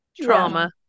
Trauma